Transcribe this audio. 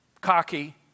cocky